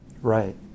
Right